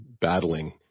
battling